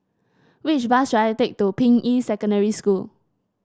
which bus should I take to Ping Yi Secondary School